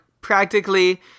practically